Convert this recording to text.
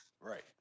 Right